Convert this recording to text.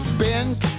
bent